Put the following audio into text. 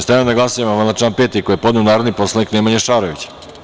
Stavljam na glasanje amandman na član 5. koji je podneo narodni poslanik Nemanja Šarović.